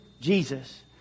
Jesus